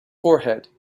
forehead